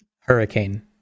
hurricane